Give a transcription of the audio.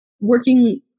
working